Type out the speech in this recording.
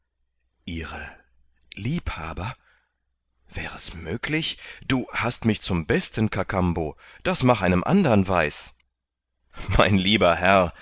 ihre liebhaber wär es möglich du hast mich zum besten kakambo das mach einem andern weiß mein lieber herr